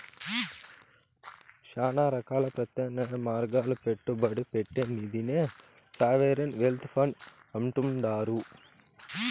శానా రకాల ప్రత్యామ్నాయ మార్గాల్ల పెట్టుబడి పెట్టే నిదినే సావరిన్ వెల్త్ ఫండ్ అంటుండారు